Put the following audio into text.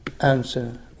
answer